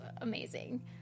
amazing